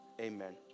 amen